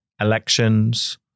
elections